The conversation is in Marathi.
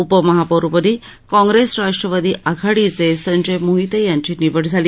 उपमहापौरपदी काँग्रेस राष्ट्रवादी आघाडीचे संजय मोहिते यांची निवड झाली